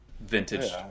vintage